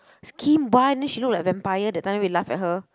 skim bun then she look like vampire that time we laugh at her